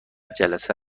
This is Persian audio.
جلسه